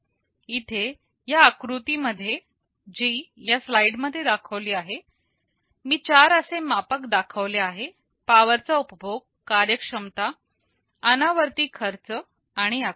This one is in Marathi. इथे या आकृती मध्ये मी चार असे मापक दाखविले आहे पॉवर चा उपभोग कार्यक्षमता अनावर्ती खर्च आणि आकार